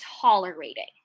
tolerating